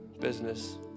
business